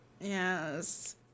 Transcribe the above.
Yes